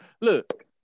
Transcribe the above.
Look